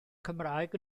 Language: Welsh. cymraeg